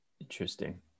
Interesting